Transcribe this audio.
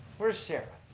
where's sara?